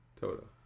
Toto